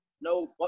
no